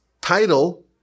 title